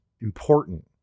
important